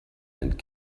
and